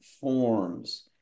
forms